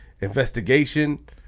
investigation